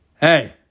Hey